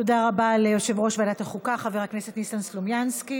תודה רבה ליושב-ראש ועדת החוקה חבר הכנסת ניסן סלומינסקי.